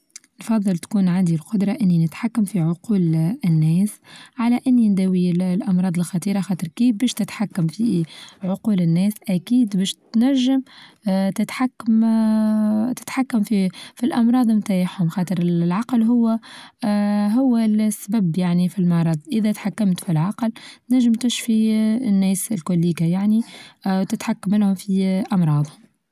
نفظل تكون عندي القدرة إني نتحكم في عقول الناس، على إني نداوي الأمراض الخطيرة، خاطر كيف باش تتحكم في عقول الناس أكيد باش تنچم اه تتحكم اه تتحكم في-في الأمراض نتاعهم خاطر العقل هو اه هو السبب يعني في المرض، إذا تحكمت في العقل نچم تشفى الناس الكوليكا يعنى آآ تتحكم منهم في آآ أمراضهم.